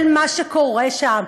של מה שקורה שם,